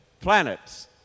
planets